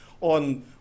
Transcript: on